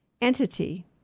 entity